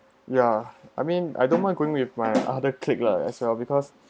ya I mean I don't mind going with my other colleague lah as well because